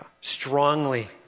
strongly